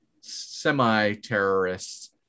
semi-terrorists